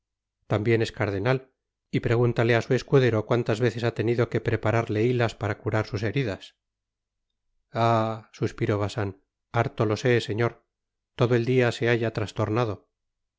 taminen es cardenal y pregúntale á su escudero cuantas veces ha tenido que prepararle hilas para curar sus heridas ah suspiró bacín harto lo sé señor todo en el día se halla trastornado